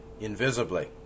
invisibly